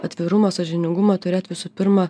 atvirumo sąžiningumo turėt visų pirma